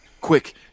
Quick